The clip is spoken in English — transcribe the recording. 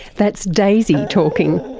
that's daisy talking,